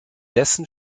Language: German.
dessen